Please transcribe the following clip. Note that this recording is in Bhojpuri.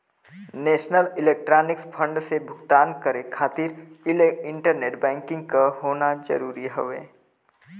नेशनल इलेक्ट्रॉनिक्स फण्ड से भुगतान करे खातिर इंटरनेट बैंकिंग क होना जरुरी हउवे